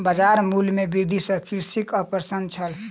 बजार मूल्य में वृद्धि सॅ कृषक अप्रसन्न छल